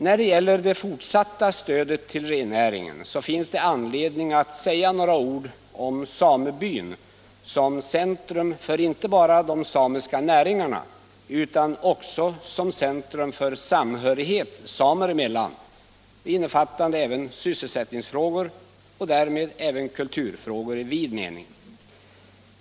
När det gäller det fortsatta stödet till rennäringen har man anledning att säga några ord om samebyn som centrum inte bara för de samiska näringarna utan också för samhörighet samer emellan, innebärande även syssclsättningsfrågor och därmed också kulturfrågor i vid mening.